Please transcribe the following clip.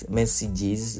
messages